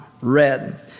red